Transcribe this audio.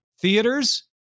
theaters